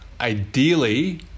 ideally